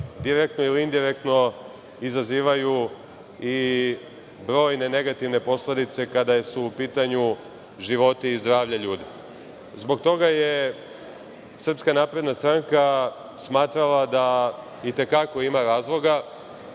direktno, ili indirektno izazivaju i brojne negativne posledice kada su u pitanju životi i zdravlje ljudi. Zbog toga je SNS smatrala da i te kako ima razloga